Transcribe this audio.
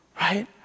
Right